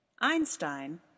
Einstein